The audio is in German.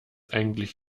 eigentlich